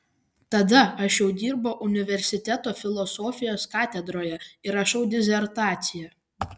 tada aš jau dirbau universiteto filosofijos katedroje ir rašiau disertaciją